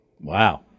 Wow